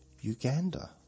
Uganda